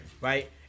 right